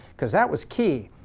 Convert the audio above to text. because that was key.